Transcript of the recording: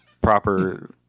proper